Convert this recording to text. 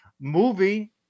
movie